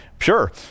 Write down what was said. Sure